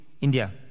India